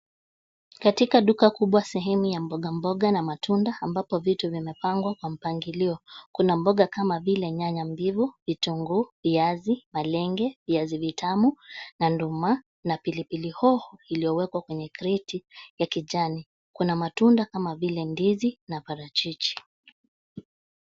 Katika duka kubwa sehemu ya mboga mboga na matunda ambapo vitu vimepangwa kwa mpangilio. Kuna mboga kama vile nyanya mbivu, vitunguu, viazi, malenge, viazi vitamu na nduma na pilipili hoho iyowekwa kwenye kreti ya kijani. Kuna matunda kama vile ndizi na parachichi.